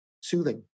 soothing